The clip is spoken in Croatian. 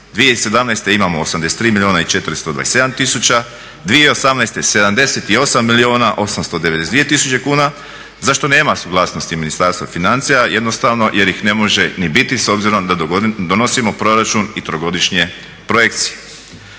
2017.imamo 83 milijuna i 427 tisuća, 2018. 78 milijuna 892 tisuće kuna. Zašto nema suglasnosti Ministarstva financija? Jednostavno jer ih ne može ni biti s obzirom da donosimo proračun i trogodišnje projekcije.